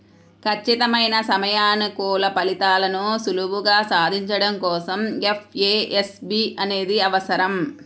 ఖచ్చితమైన సమయానుకూల ఫలితాలను సులువుగా సాధించడం కోసం ఎఫ్ఏఎస్బి అనేది అవసరం